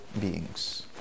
beings